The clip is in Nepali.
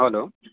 हेलो